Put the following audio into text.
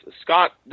Scott